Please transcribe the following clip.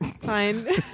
Fine